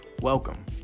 welcome